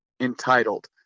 entitled